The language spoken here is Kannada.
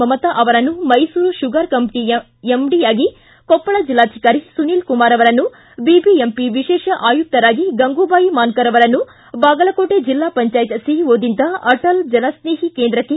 ಮಮತಾ ಅವರನ್ನು ಮೈಸೂರು ಶುಗರ್ ಕಂಪನಿ ಎಂಡಿಯಾಗಿ ಕೊಪ್ಪಳ ಜಿಲ್ವಾಧಿಕಾರಿ ಸುನೀಲ್ ಕುಮಾರ ಅವರನ್ನು ಬಿಬಿಎಂಪಿ ವಿಶೇಷ ಆಯುಕ್ತರಾಗಿ ಗಂಗೂಬಾಯಿ ಮಾನಕರ್ ಅವರನ್ನು ಬಾಗಲಕೋಟೆ ಜಿಲ್ಲಾ ಪಂಜಾಯತ್ ಸಿಇಒದಿಂದ ಅಟಲ್ ಜನಸ್ನೇಹಿ ಕೇಂದ್ರಕ್ಕೆ